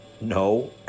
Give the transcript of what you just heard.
No